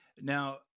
Now